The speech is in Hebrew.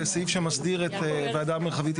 זה סעיף שמסדיר את הוועדה המרחבית,